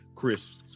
Chris